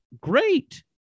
great